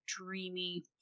dreamy